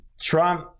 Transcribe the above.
Trump